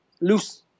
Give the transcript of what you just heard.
loose